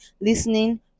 listening